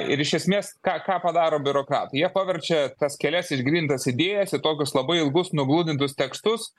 ir iš esmės ką ką padaro biurokratai jie paverčia tas kelias išgrynintas idėjas į tokius labai ilgus nugludintus tekstus